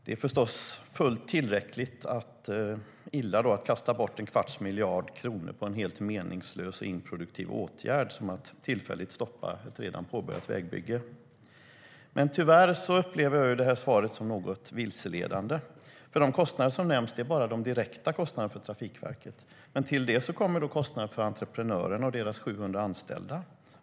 Det är förstås tillräckligt illa att kasta bort en kvarts miljard kronor på en så meningslös och improduktiv åtgärd som att tillfälligt stoppa ett redan påbörjat vägbygge, men tyvärr upplever jag svaret som något vilseledande. De kostnader som nämns är nämligen bara de direkta kostnaderna för Trafikverket, men till det kommer också kostnaderna för entreprenörer och deras 700 anställda.